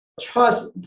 trust